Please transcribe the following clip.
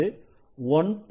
அது 1